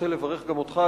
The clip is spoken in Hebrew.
רוצה לברך גם אותך,